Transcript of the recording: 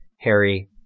harry